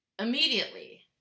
Immediately